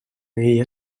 ella